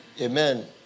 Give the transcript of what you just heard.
Amen